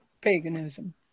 paganism